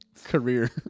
Career